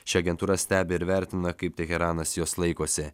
ši agentūra stebi ir vertina kaip teheranas jos laikosi